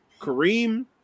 Kareem